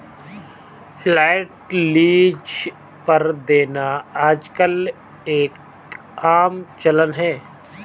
flat lease पर देना आजकल एक आम चलन है